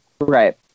Right